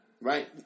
right